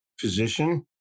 position